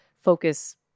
focus